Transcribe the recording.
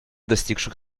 достигших